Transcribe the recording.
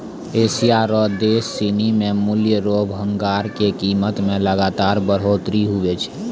Asia रो देश सिनी मे मूल्य रो भंडार के कीमत मे लगातार बढ़ोतरी हुवै छै